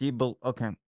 Okay